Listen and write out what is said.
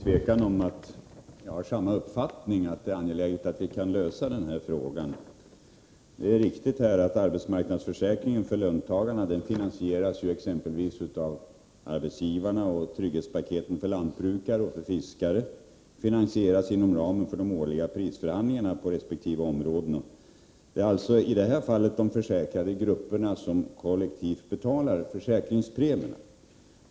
Herr talman! Jag har naturligtvis samma uppfattning: Det är angeläget att vi kan lösa denna fråga. Vidare är det riktigt att arbetsmarknadsförsäkringen för löntagarna finansieras av arbetsgivarna, och att trygghetspaketen för lantbrukare och fiskare finansieras inom ramen för de årliga prisförhandlingarna på resp. område. Det är alltså i de här fallen de försäkrade grupperna som kollektivt betalar försäkringspremierna.